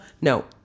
No